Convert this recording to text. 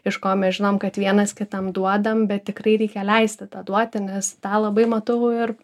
iš ko mes žinom kad vienas kitam duodam bet tikrai reikia leisti tą duoti nes tą labai matau ir